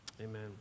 Amen